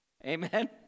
amen